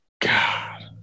God